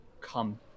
come